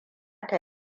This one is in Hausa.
ta